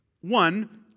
One